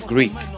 Greek